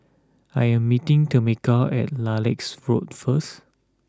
I am meeting Tameka at Lilacs Road first